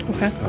Okay